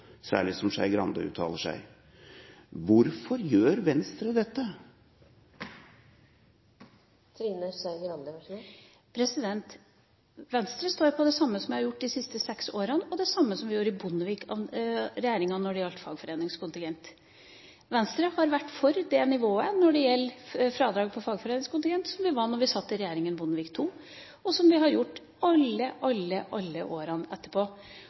særlig når Skei Grande uttaler seg. Hvorfor gjør Venstre dette? Venstre står for det samme som vi har gjort de siste seks årene, og det samme som vi gjorde i Bondevik-regjeringa, når det gjaldt fagforeningskontingent. Venstre har vært for det nivået på fradrag for fagforeningskontingent som vi var for da vi satt i regjeringa Bondevik II, og som vi har vært i alle årene etterpå.